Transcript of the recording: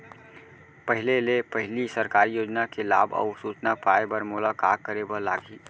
पहिले ले पहिली सरकारी योजना के लाभ अऊ सूचना पाए बर मोला का करे बर लागही?